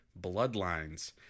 bloodlines